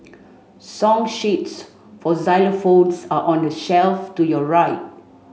song sheets for xylophones are on the shelf to your right